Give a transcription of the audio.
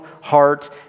heart